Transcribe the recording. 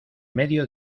medio